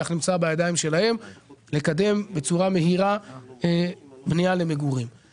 של קידום מהיר של בנייה למגורים נמצא בידיים שלהם.